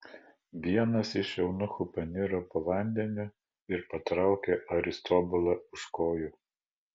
vienas iš eunuchų paniro po vandeniu ir patraukė aristobulą už kojų